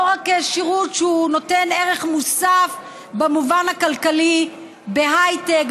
לא רק שירות שנותן ערך מוסף במובן הכלכלי בהייטק,